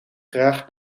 graag